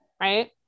right